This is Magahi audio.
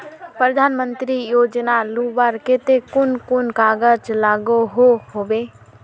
प्रधानमंत्री योजना लुबार केते कुन कुन कागज लागोहो होबे?